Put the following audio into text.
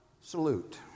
salute